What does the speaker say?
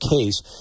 case